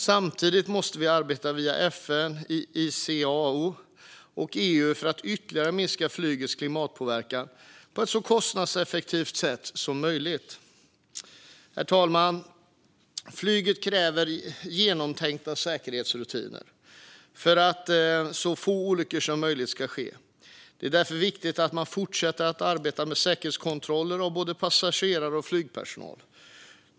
Samtidigt måste vi arbeta via FN, ICAO och EU för att ytterligare minska flygets klimatpåverkan på ett så kostnadseffektivt sätt som möjligt. Herr talman! Flyget kräver genomtänkta säkerhetsrutiner för att så få olyckor som möjligt ska ske. Det är därför viktigt att man fortsätter att arbeta med säkerhetskontroller av både passagerare och flygpersonal.